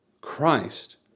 Christ